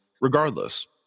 regardless